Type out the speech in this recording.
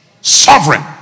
sovereign